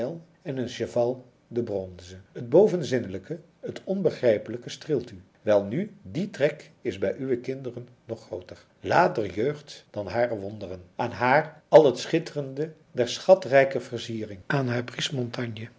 en een cheval de bronze het bovenzinnelijke het onbegrijpelijke streelt u welnu die trek is bij uwe kinderen nog grooter laat der jeugd dan hare wonderen aan haar al het schitterende der schatrijke verziering aan haar